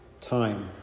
time